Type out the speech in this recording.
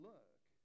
Look